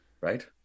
right